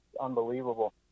unbelievable